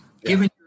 given